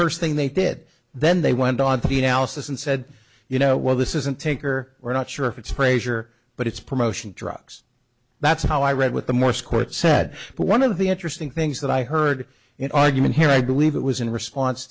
first thing they did then they went on to the analysis and said you know well this isn't taker we're not sure if it's a pleasure but it's promotion drugs that's how i read what the morse court said but one of the interesting things that i heard in argument here i believe it was in response